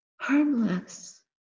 harmless